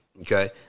okay